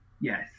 Yes